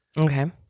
Okay